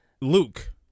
Luke